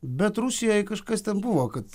bet rusijoj kažkas ten buvo kad